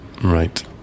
right